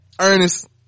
Ernest